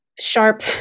sharp